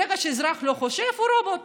ברגע שאזרח לא חושב הוא רובוט,